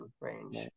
range